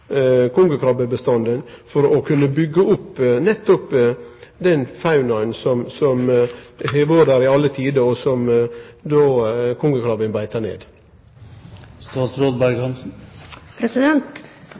kongekrabbebestanden for å kunne byggje opp nettopp den faunaen som har vore der til alle tider, og som kongekrabben beiter ned?